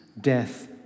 death